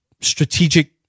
strategic